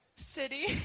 City